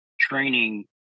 training